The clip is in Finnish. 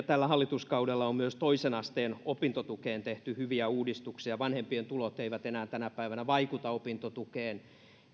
tällä hallituskaudella on myös toisen asteen opintotukeen tehty hyviä uudistuksia vanhempien tulot eivät enää tänä päivänä vaikuta opintotukeen